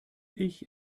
ich